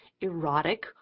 erotic